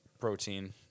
protein